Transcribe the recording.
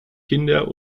kinder